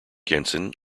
jensen